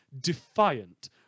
defiant